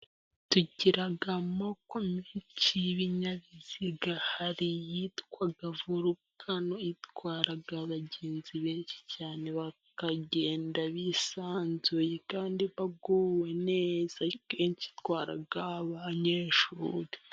Tugira amoko menshi y'ibinyabiziga, hari iyitwa vorukano itwara abagenzi benshi cyane, bakagenda bisanzuye kandi baguwe neza. Akenshi itwara abanyeshuri.